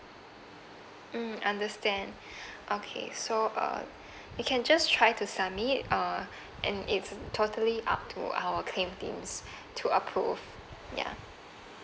mm understand okay so uh you can just try to submit uh and it's totally up to our claim teams to approve ya